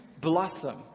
blossom